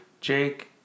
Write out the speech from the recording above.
Jake